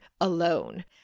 alone